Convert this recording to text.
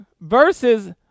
verses